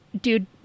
dude